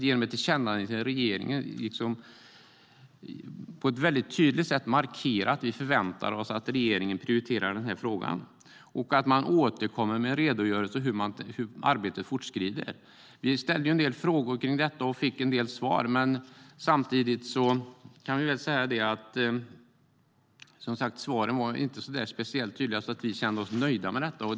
Genom ett tillkännagivande till regeringen ville vi på ett tydligt sätt markera att vi förväntar oss att regeringen prioriterar den här frågan och återkommer med en redogörelse för hur arbetet fortskrider. Vi ställde en del frågor om detta och fick en del svar, men svaren var inte så tydliga att vi kände oss nöjda.